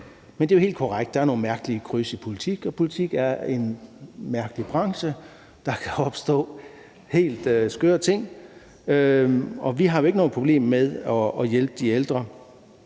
Men det er jo helt korrekt, at der er nogle mærkelige kryds i politik, og politik er en mærkelig branche; der kan opstå helt skøre ting. Vi har jo ikke noget problem med at hjælpe de ældre.